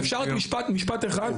אפשר רק משפט אחד?